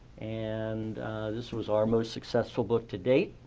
and this was our most successful book to date.